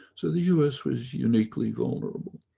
so the us was uniquely vulnerable.